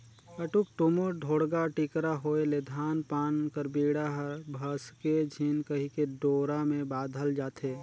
उटुक टुमुर, ढोड़गा टिकरा होए ले धान पान कर बीड़ा हर भसके झिन कहिके डोरा मे बाधल जाथे